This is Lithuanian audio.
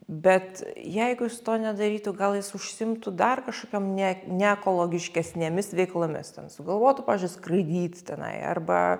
bet jeigu jis to nedarytų gal jis užsiimtų dar kažkokiom ne ne ekologiškesnėmis veiklomis ten sugalvotų pavyzdžiui skraidyt tenai arba